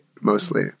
mostly